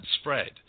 spread